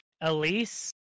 elise